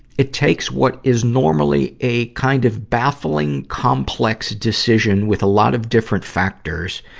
it takes what is normally a kind of baffling, complex decision with a lot of different factors,